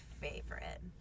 favorite